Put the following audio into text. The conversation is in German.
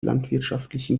landwirtschaftlichen